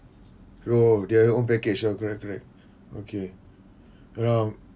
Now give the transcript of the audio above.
oh they have their own package ah correct correct okay around